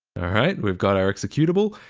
alright, we've got our executable.